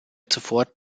zuvor